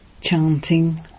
Chanting